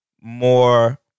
more